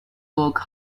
work